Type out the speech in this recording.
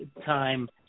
time